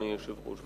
אדוני היושב-ראש,